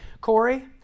Corey